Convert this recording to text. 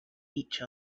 each